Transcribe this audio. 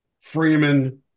Freeman